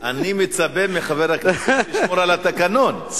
אני מצפה מחבר הכנסת לשמור על התקנון,